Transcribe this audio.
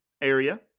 Area